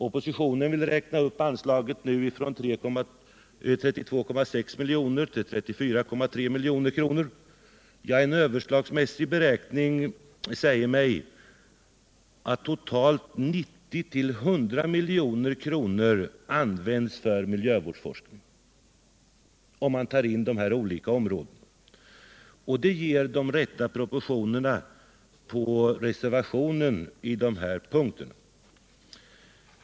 Oppositionen vill nu räkna upp anslaget från 32,6 milj.kr. till 34,3 milj.kr. En överslagsmässig beräkning säger mig dock att totalt 90-100 milj.kr. används för miljövårdsforskning, om man tar med insatser på andra områden. Detta ger de rätta proportionerna på reservationen på denna punkt.